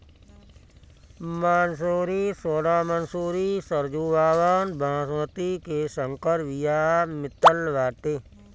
मंसूरी, सोना मंसूरी, सरजूबावन, बॉसमति के संकर बिया मितल बाटे